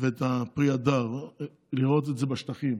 ואת פרי ההדר, לראות את זה בשטחים.